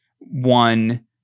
one